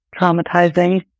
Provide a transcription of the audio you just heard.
traumatizing